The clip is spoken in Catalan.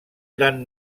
gran